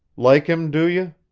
like him, do you?